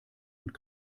und